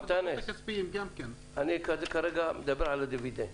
אנטאנס, כרגע אני מדבר על הדיבידנד.